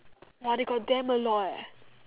!wah! they got damn a lot eh